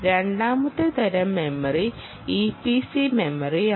രണ്ടാമത്തെ തരം memory EPC മെമ്മറിയാണ്